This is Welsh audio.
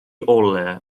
olau